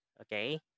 Okay